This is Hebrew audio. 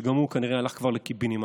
שגם הוא כנראה הלך כבר לקיבינימט.